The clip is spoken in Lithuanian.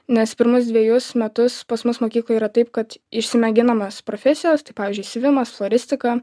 nes pirmus dvejus metus pas mus mokykloj yra taip kad išsimėginam mes profesijas tai pavyzdžiui siuvimas floristika